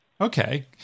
Okay